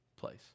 place